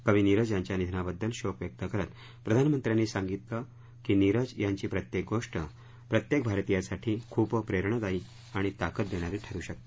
कवी नीरज यांच्या निधनाबद्दल शोक व्यक्त करत प्रधानमंत्र्यांनी सांगितलं नीरज यांची प्रत्येक गोष्ट प्रत्येक भारतीयासाठी खूप प्रेरणादायी आणि ताकद देणारी ठरू शकते